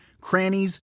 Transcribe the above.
crannies